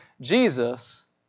Jesus